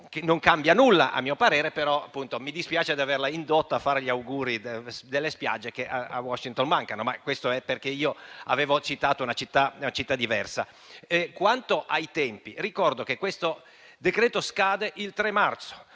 Non cambia nulla a mio parere, però mi dispiace di averla indotta a fare gli auguri per le spiagge, che a Washington mancano; ma questo perché avevo citato una città diversa. Quanto ai tempi, ricordo che il decreto-legge scade il 3 marzo,